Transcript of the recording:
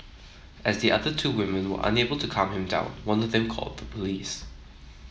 as the other two women were unable to calm him down one of them called the police